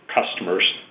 customers